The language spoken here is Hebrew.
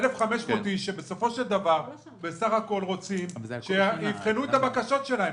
1,500 איש שבסופו של דבר רוצים שיבחנו את הבקשות שלהם.